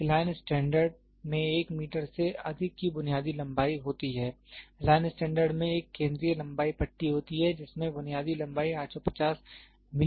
एक line standard में 1 metre से अधिक की बुनियादी लंबाई होती है लाइन स्टैंडर्ड में एक केंद्रीय लंबाई पट्टी होती है जिसमें बुनियादी लंबाई 850 मिलीमीटर होती है